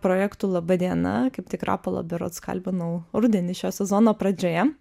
projektų laba diena kaip tik rapolą berods kalbinau rudenį šio sezono pradžioje